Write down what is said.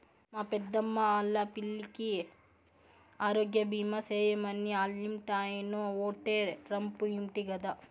మా పెద్దమ్మా ఆల్లా పిల్లికి ఆరోగ్యబీమా సేయమని ఆల్లింటాయినో ఓటే రంపు ఇంటి గదా